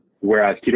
Whereas